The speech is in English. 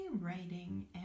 writing